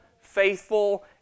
faithful